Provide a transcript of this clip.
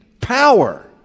power